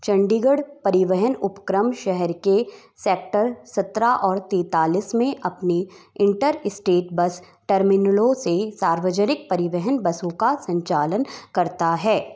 चंडीगढ़ परिवहन उपक्रम शहर के सेक्टर सत्रह और तैंतालीस में अपने इंटरस्टेट बस टर्मिनलों से सार्वजनिक परिवहन बसों का संचालन करता है